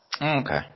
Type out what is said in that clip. Okay